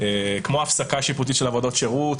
כמו הפסקה שיפוטית של עבודות שירות,